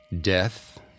death